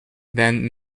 then